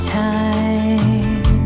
time